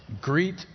greet